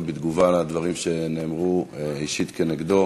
בתגובה על הדברים שנאמרו אישית כנגדו.